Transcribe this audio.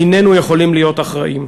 איננו יכולים להיות אחראים.